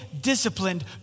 disciplined